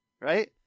Right